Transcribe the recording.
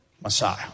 Messiah